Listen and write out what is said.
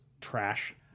trash